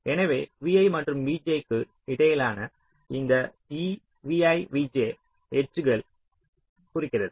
எனவே vi மற்றும் vj க்கு இடையிலான இந்த evivj எட்ஜ் ஐக் குறிக்கிறது